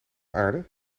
aarde